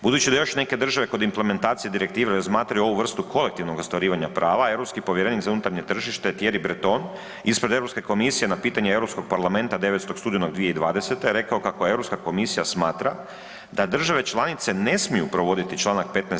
Budući da još neke države kod implementacije direktive razmatraju ovu vrstu kolektivnog ostvarivanja prava europski povjerenik za unutarnje tržište Tjeri Preton ispred Europske komisije na pitanje Europskog parlamenta 9. studenog 2020. rekao kako Europska komisija smatra da države članice ne smiju provoditi čl. 15.